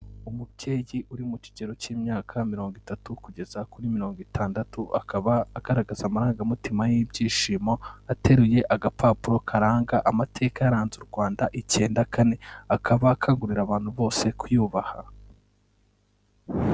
Umubyeyi uri mu kigero cy'imyaka mirongo itatu kugeza kuri mirongo itandatu, akaba agaragaza amarangamutima y'ibyishimo, ateruye agapapuro karanga amateka yaranze u Rwanda icyenda kane, akaba akangurira abantu bose kuyubaha.